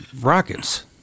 rockets